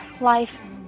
life